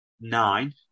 nine